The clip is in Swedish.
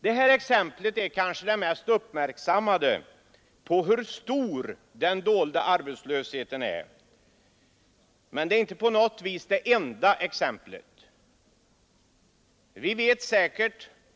Det här exemplet är kanske det mest uppmärksammade på hur stor den dolda arbetslösheten är, men det är inte på något vis det enda exemplet.